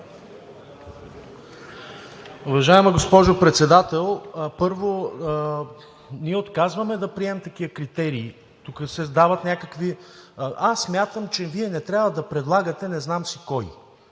Уважаема госпожо Председател, първо, ние отказваме да приемем такива критерии – тук се създават някакви: аз смятам, че Вие не трябва да предлагате не знам си кого.